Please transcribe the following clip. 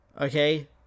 Okay